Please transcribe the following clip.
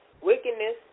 wickedness